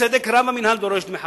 ובצדק רב המינהל דורש דמי חכירה.